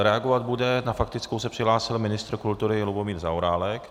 Reagovat bude na faktickou se přihlásil ministr kultury Lubomír Zaorálek.